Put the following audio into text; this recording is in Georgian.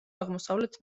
აღმოსავლეთ